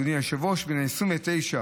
1 בדצמבר